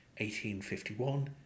1851